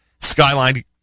Skyline